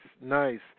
nice